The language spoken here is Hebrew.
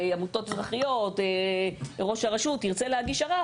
עמותות אזרחיות או ראש הרשות ירצו להגיש ערר